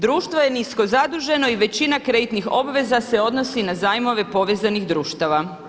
Društvo je nisko zaduženo i većina kreditnih obveza se odnosi na zajmove povezanih društava.